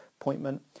appointment